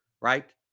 right